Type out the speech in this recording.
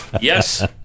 Yes